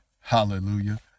Hallelujah